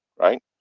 Right